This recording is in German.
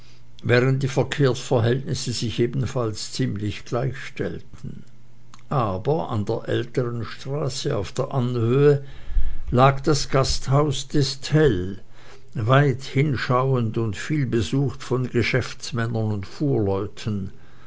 während die verkehrsverhältnisse sich ebenfalls ziemlich gleichstellten aber an der älteren straße auf der anhöhe lag das gasthaus des tell weit hinschauend und viel besucht von geschäftsmännern und